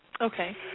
Okay